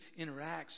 interacts